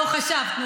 לא, חשבת.